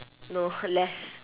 no less